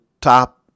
top